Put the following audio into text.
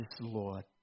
Lord